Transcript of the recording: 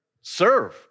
serve